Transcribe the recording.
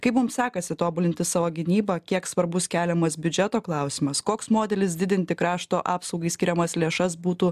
kaip mum sekasi tobulinti savo gynybą kiek svarbus keliamas biudžeto klausimas koks modelis didinti krašto apsaugai skiriamas lėšas būtų